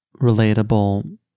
relatable